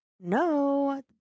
No